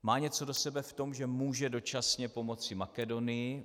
Má něco do sebe v tom, že může dočasně pomoci Makedonii.